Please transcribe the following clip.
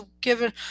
given